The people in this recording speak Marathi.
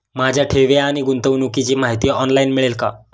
माझ्या ठेवी आणि गुंतवणुकीची माहिती ऑनलाइन मिळेल का?